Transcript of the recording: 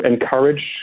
encourage